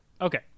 Okay